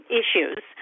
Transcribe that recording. issues